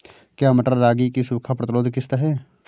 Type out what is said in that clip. क्या मटर रागी की सूखा प्रतिरोध किश्त है?